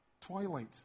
twilight